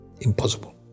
Impossible